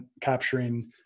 capturing